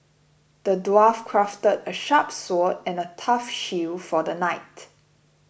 the dwarf crafted a sharp sword and a tough shield for the knight